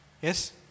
Yes